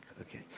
Okay